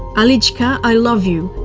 olitchka! i love you!